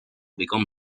become